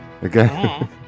Again